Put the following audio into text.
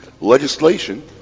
Legislation